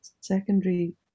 secondary